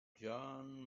john